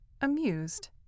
amused